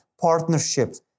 partnerships